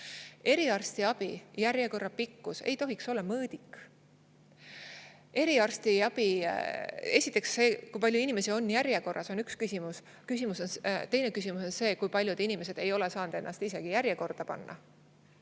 Eriarstiabi järjekorra pikkus ei tohiks olla mõõdik. Esiteks see, kui palju inimesi on järjekorras, on üks küsimus. Teine küsimus on see, kui paljud inimesed ei ole saanud ennast isegi järjekorda panna.